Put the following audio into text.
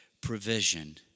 provision